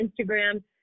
Instagram